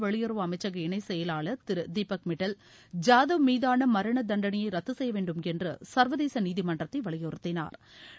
வெளியுறவு அமைச்சக இணை செயலாளர் திரு தீபக் மிட்டல் ஜாதவ் மீதான மரண தண்டனையை ரத்து செய்யவேண்டும் என்று சா்வதேச நீதிமன்றத்தை வலியுறுத்தினாா்